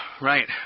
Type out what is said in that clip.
right